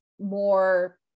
more